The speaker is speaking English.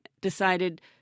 decided